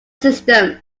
systems